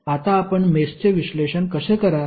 आता आपण मेषचे विश्लेषण कसे कराल